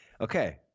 Okay